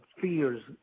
fears